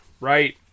Right